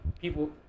people